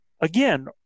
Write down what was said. again